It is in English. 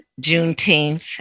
Juneteenth